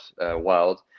world